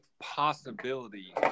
possibility